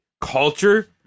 culture